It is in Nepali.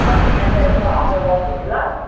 कति चाहिने रहेछ अडर गर्छु नि ल